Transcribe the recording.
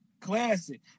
classic